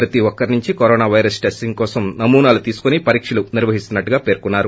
ప్రతి ఒక్కరి నుంచి కరోనా పైరస్ టెస్టింగ్ కోసం నమూనాలు తీసుకుని పరీక్షలు నిర్వహిస్తున్నా మని చెప్పారు